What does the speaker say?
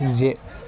زِ